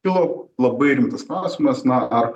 tai labai rimtas klausimas na ar